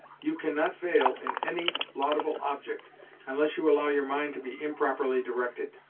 you cannot fail in any laudable object unless you allow your mind to be improperly directed.